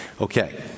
Okay